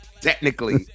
Technically